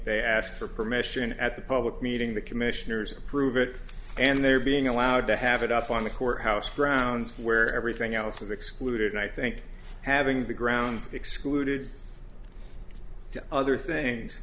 they ask for permission at the public meeting the commissioners approve it and they're being allowed to have it up on the court house grounds where everything else is excluded i think having the grounds excluded other things